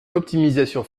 l’optimisation